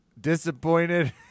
disappointed